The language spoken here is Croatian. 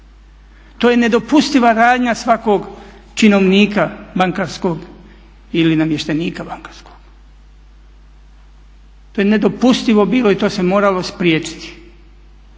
To je nedopustiva radnja svakog činovnika bankarskog ili namještenika bankarskog. To je nedopustivo bilo i to se moralo spriječiti.